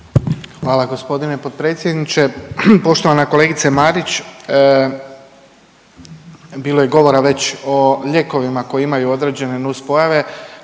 Hvala g. potpredsjedniče. Poštovana kolegice Marić, bilo je govora već o lijekovima koji imaju određene nus pojave.